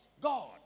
God